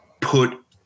put